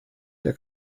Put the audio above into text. der